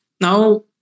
Now